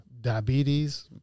diabetes